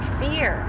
fear